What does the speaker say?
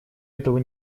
этого